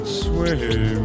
sway